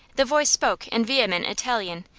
the voice spoke in vehement italian,